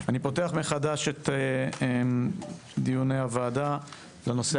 אני פותח מחדש את דיוני הוועדה לנושא